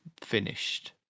finished